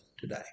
today